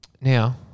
Now